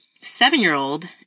seven-year-old